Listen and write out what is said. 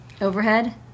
overhead